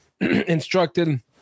instructed